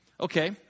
Okay